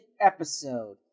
episode